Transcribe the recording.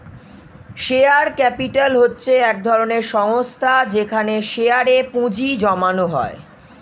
share capital হচ্ছে এক ধরনের সংস্থা যেখানে শেয়ারে এ পুঁজি জমানো হয়